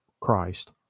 Christ